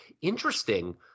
interesting